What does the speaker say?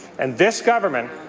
and this government,